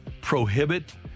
prohibit